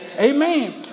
Amen